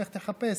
לך תחפש.